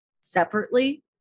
separately